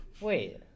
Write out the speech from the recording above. wait